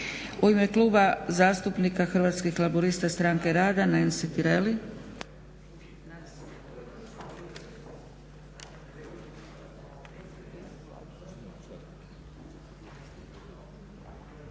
U ime Kluba zastupnika Hrvatskih laburista i stranke rada, Nansi Tireli.